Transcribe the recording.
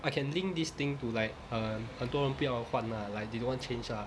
I can link this thing to like um 很多人不要换 lah like they don't want change ah